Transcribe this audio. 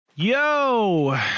yo